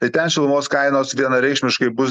tai ten šilumos kainos vienareikšmiškai bus